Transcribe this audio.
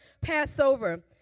Passover